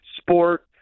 sport